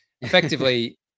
effectively